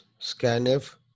scanf